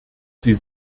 sie